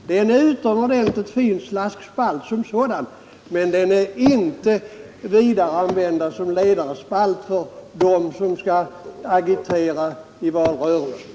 Det är en utomordentligt fin slaskspalt som sådan, men den är inte vidare bra att använda som ledarspalt av dem som skall agitera i valrörelsen.